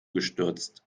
gestürzt